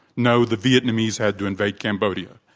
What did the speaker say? no, the vietnamese had to invade cambodia.